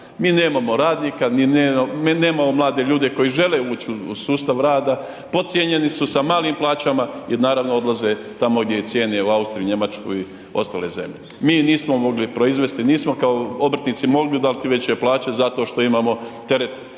Mi nemamo radnika, ni nemamo mlade ljude koji žele ući u sustav rada, podcijenjeni su sa malim plaćama jer naravno odlaze tako gdje ih cijene u Austriji, Njemačkoj i ostale zemlje. Mi nismo mogli proizvesti, nismo kao obrtnici dati veće plaće zato što imamo teret